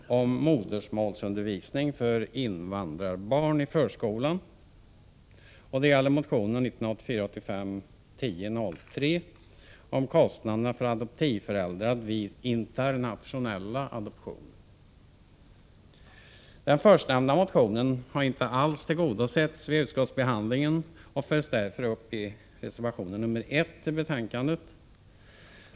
Herr talman! Jag skall för min del beröra två frågor med utgångspunkt i motioner från vpk. Det gäller motionen 1984 85:1003 om kostnaderna för adoptivföräldrar vid internationella adoptioner. Den förstnämnda motionen har inte alls tillgodosetts vid utskottsbehandlingen och följs därför upp i reservationen nr 1i betänkandet.